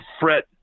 fret